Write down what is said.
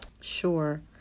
Sure